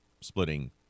splitting